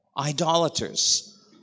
idolaters